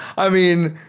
i mean,